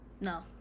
No